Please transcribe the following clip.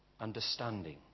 Understanding